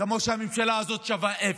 כמו שהממשלה הזאת שווה אפס.